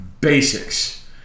Basics